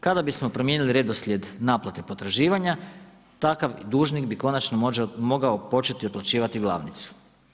Kada bismo promijenili redoslijed naplate potraživanja takav dužnik bi konačno mogao početi otplaćivati glavnicu.